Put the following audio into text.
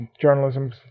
journalism